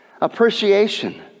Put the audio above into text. Appreciation